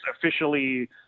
officially